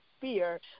fear